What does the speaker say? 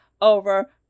over